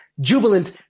jubilant